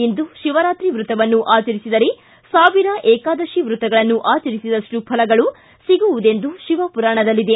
ಇಂದು ಶಿವರಾತ್ರಿ ವ್ರತವನ್ನು ಆಚರಿಸಿದರೆ ಸಾವಿರ ಏಕಾದಶಿ ವ್ರತಗಳನ್ನು ಆಚರಿಸಿದಪ್ಪು ಫಲಗಳು ಸಿಗುವುದೆಂದು ಶಿವಪುರಾಣದಲ್ಲಿದೆ